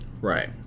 Right